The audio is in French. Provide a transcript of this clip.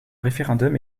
référendum